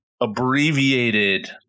abbreviated